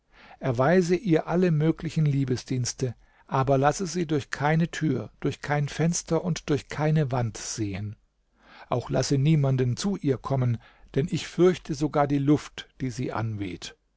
erweise ihr alle möglichen liebesdienste aber lasse sie durch keine tür durch kein fenster und durch keine wand sehen auch lasse niemanden zu ihr kommen denn ich fürchte sogar die luft die sie anweht